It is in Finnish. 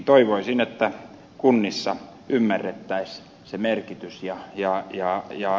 toivoisin että kunnissa ymmärrettäisiin se merkitys ja jaa jaa jaa